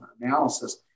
analysis